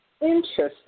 Interesting